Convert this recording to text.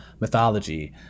mythology